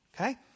Okay